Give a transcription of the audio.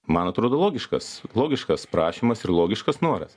man atrodo logiškas logiškas prašymas ir logiškas noras